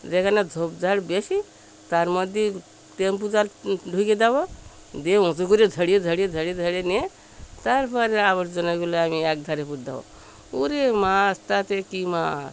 যেখানে ঝোপঝাড় বেশি তার মধ্যে টেম্পু জাল ঢুকিয়ে দেব দিয়ে উঁচু করে ধরে ধরে ধরে ধরে নিয়ে তার পরে আবর্জনাগুলো আমি এক ধারে করে দেব ওরে মাছ তাতে কী মাছ